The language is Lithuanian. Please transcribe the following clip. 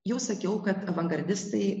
jau sakiau kad avangardistai